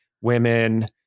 women